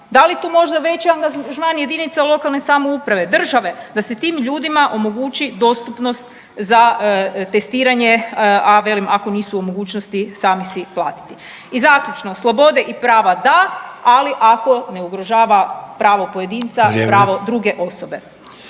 da li je tu možda veći angažman JLS, države da se tim ljudima omogući dostupnost za testiranje, a velim ako nisu u mogućnosti sami si platiti? I zaključno, slobode i prava da ali ako ne ugrožava pravo pojedinca i…/Upadica: